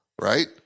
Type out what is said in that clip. right